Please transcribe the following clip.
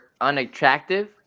unattractive